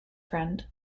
friend